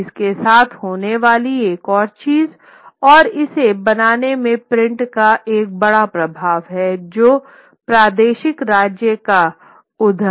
अब इसके साथ होने वाली एक और चीज़ और इसे बनाने में प्रिंट का एक बड़ा प्रभाव है जो प्रादेशिक राज्य का उद्भव हैं